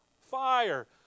fire